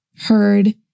heard